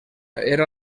era